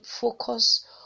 focus